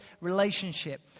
relationship